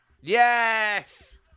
Yes